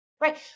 Right